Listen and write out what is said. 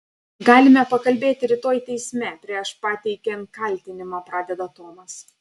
galime pakalbėti rytoj teisme prieš pateikiant kaltinimą pradeda tomas